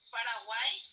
Paraguay